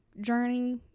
journey